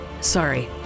sorry